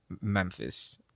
memphis